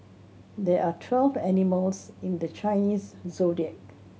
there are twelve animals in the Chinese Zodiac